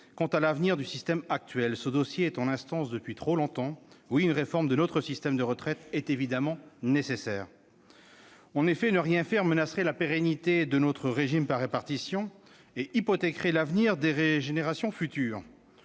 quant à l'avenir du système actuel. Ce dossier est en instance depuis trop longtemps. Oui, une réforme de notre système de retraite est évidemment nécessaire. En effet, ne rien faire menacerait la pérennité de notre régime par répartition et hypothéquerait l'avenir des générations futures.